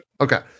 Okay